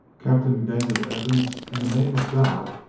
captain daniel evans, in the name of god,